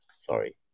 sorry